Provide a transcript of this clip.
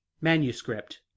manuscript